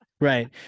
Right